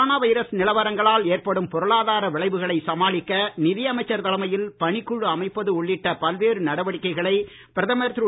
corona virus நிலவரங்களால் ஏற்படும் பொருளாதார விளைவுகளை சமாளிக்க நிதி அமைச்சர் தலைமையில் பணிக்குழு அமைப்பது உள்ளிட்ட பல்வேறு நடவடிக்கைகளை பிரதமர் திரு